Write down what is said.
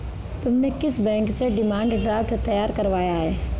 तुमने किस बैंक से डिमांड ड्राफ्ट तैयार करवाया है?